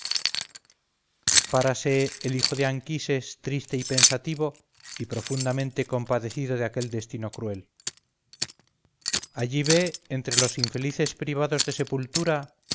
párase el hijo de anquises triste y pensativo y profundamente compadecido de aquel destino cruel allí ve entre los infelices privados de sepultura